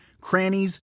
crannies